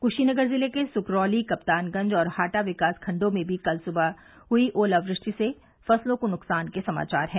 क्शीनगर जिले के सुकरौली कप्तानगंज और हाटा विकास खंडों में भी कल सुबह हुई ओलावृष्टि से फसलों को नुकसान के समाचार हैं